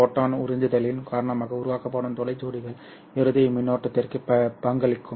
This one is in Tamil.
ஃபோட்டான் உறிஞ்சுதலின் காரணமாக உருவாக்கப்படும் துளை ஜோடிகள் இறுதி மின்னோட்டத்திற்கு பங்களிக்கும்